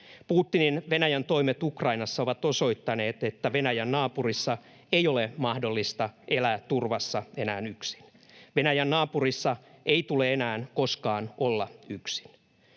Putinin Venäjän toimet Ukrainassa ovat osoittaneet, että Venäjän naapurissa ei ole mahdollista elää enää turvassa yksin. Venäjän naapurissa ei tule enää koskaan olla yksin.